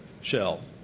shell